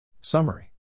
Summary